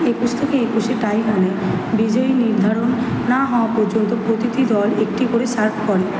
একুশ থেকে একুশে টাই হলে বিজয়ী নির্ধারণ না হওয়া পর্যন্ত প্রতিটি দল একটি করে সার্ভ করে